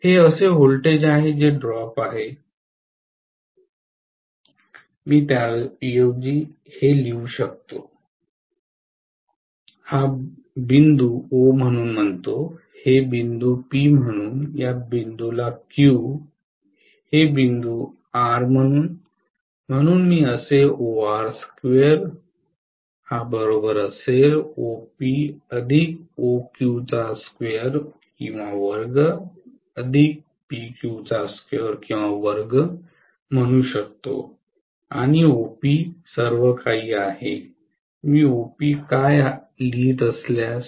हे असे व्होल्टेज आहे जे ड्रॉप आहे मी त्याऐवजी हे लिहू शकतो हा बिंदू O म्हणून म्हणतो हे बिंदू P म्हणून या बिंदूला Q हे बिंदू R म्हणून म्हणून मी असे म्हणू शकतो आणि OP आहे मी OP काय लिहित असल्यास